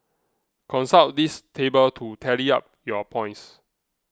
consult this table to tally up your points